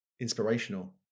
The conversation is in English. inspirational